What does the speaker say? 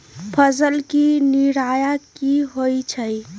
फसल के निराया की होइ छई?